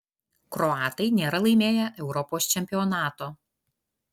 kroatai nėra laimėję europos čempionato